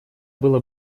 было